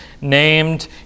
named